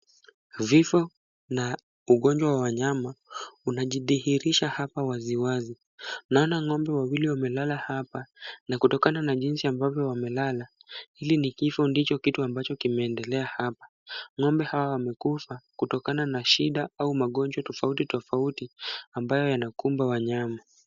Vifo na ugonjwa wa wanyama unaji dhihirisha hapa waziwazi. Naona ng'ombe wawili wamelala hapa, na kutokana na jinsi ambavyo wamelala, hili ni kifo ndicho kitu ambacho kimeendelea hapa. Ng'ombe hawa wamekufa kutokana na shida au magonjwa tofauti tofauti ambayo yanakumba wanyama.